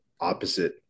opposite